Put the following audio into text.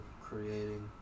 creating